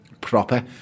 proper